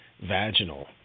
vaginal